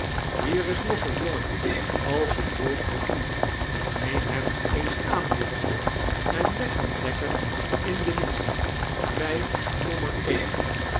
hier is nog een jongen als een wolk voor u neem hem eens aan juffrouw en leg hem lekker in de wieg by nommer een